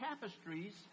tapestries